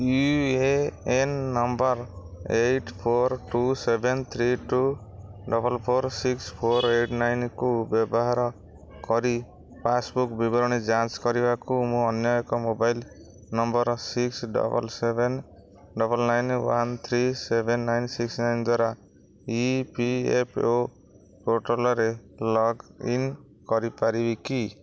you A N number eight four two seven three two double four six four eight ନାଇନ୍କୁ ବ୍ୟବହାର କରି passbook ବିବରଣୀ ଯାଞ୍ଚ କରିବାକୁ ମୁଁ ଅନ୍ୟ ଏକ mobile number six double seven double nine one three seven nine six nine ଦ୍ଵାରା ଇ ପି ଏଫ୍ ଓ ପୋର୍ଟାଲ୍ରେ ଲଗ୍ଇନ୍ କରିପାରିବି କି